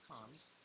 comes